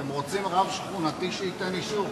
אתם רוצים רב שכונתי שייתן אישור?